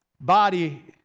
body